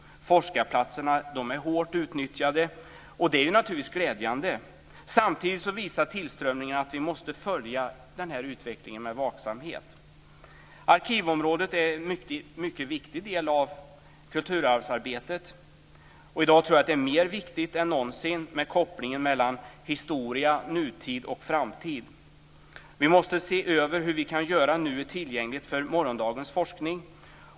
Forskarplatserna är hårt utnyttjade, vilket naturligtvis är glädjande. Men samtidigt visar tillströmningen att vi måste följa utvecklingen med vaksamhet. Arkivområdet är en mycket viktig del av kulturarvsarbetet. I dag är det nog viktigare än någonsin med kopplingen mellan historia, nutid och framtid. Vi måste se över hur vi kan göra nuet tillgängligt för morgondagens forskning.